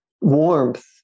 warmth